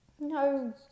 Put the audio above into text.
No